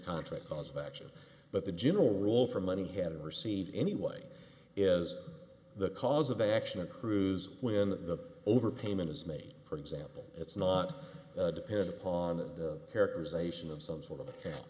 contract because of action but the general rule for money had proceed anyway is the cause of action a cruise when the overpayment is made for example it's not dependent upon the characterization of some sort of a ca